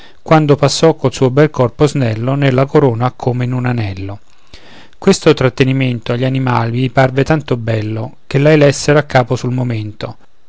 quando passò col suo bel corpo snello nella corona come in un anello questo trattenimento agli animali parve tanto bello che la elessero a capo sul momento